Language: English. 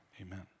amen